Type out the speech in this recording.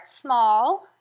small